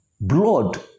blood